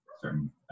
certain